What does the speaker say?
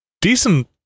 decent